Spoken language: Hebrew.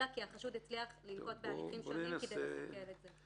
אלא מכיוון שהחשוד הצליח לנקוט הליכים שונים כדי לסכל את זה.